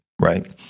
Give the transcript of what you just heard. right